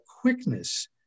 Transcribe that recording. quickness